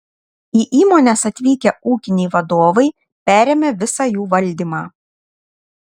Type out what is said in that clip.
į įmones atvykę ūkiniai vadovai perėmė visą jų valdymą